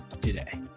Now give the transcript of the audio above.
today